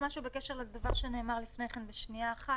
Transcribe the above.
משהו בקשר לדבר שנאמר לפני כן בשנייה אחת,